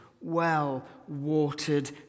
well-watered